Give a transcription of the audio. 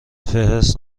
فهرست